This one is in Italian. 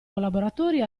collaboratori